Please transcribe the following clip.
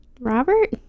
Robert